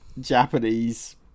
Japanese